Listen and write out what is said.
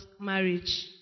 marriage